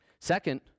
Second